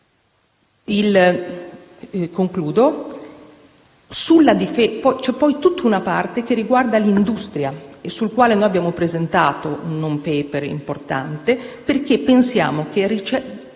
Concludendo, c'è poi tutta una parte che riguarda l'industria, su cui abbiamo presentato un *non-paper* importante, perché pensiamo che